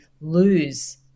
lose